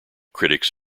critics